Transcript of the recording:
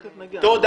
תודה.